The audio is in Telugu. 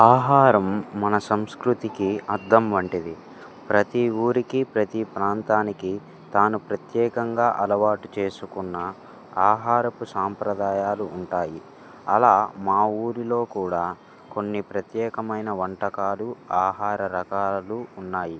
ఆహారం మన సంస్కృతికి అర్థం వంటిది ప్రతి ఊరికి ప్రతీ ప్రాంతానికి తాను ప్రత్యేకంగా అలవాటు చేసుకున్న ఆహారపు సాంప్రదాయాలు ఉంటాయి అలా మా ఊరిలో కూడా కొన్ని ప్రత్యేకమైన వంటకాలు ఆహార రకాలు ఉన్నాయి